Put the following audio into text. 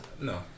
No